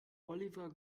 oliver